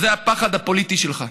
וזה הפחד הפוליטי שלך,